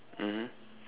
mmhmm